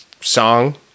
song